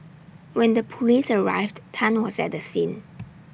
when the Police arrived Tan was at the scene